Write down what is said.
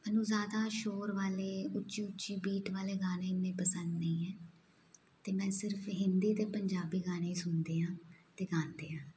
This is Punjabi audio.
ਮੈਨੂੰ ਜ਼ਿਆਦਾ ਸ਼ੋਰ ਵਾਲੇ ਉੱਚੀ ਉੱਚੀ ਬੀਟ ਵਾਲੇ ਗਾਣੇ ਇੰਨੇ ਪਸੰਦ ਨਹੀਂ ਹੈ ਅਤੇ ਮੈਂ ਸਿਰਫ਼ ਹਿੰਦੀ ਅਤੇ ਪੰਜਾਬੀ ਗਾਣੇ ਸੁਣਦੀ ਹਾਂ ਅਤੇ ਗਾਉਂਦੀ ਹਾਂ